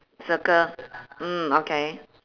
circle mm okay